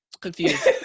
Confused